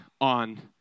on